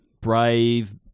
Brave